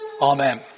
Amen